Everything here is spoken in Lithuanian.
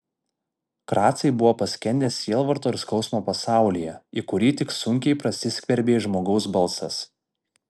kracai buvo paskendę sielvarto ir skausmo pasaulyje į kurį tik sunkiai prasiskverbė žmogaus balsas